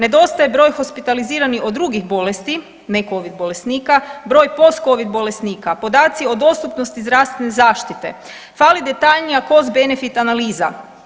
Nedostaje broj hospitaliziranih od drugih bolesti, ne covid bolesnika, broj postcovid bolesnika, podaci o dostupnosti zdravstvene zaštite, fali detaljnija postbenefit analiza.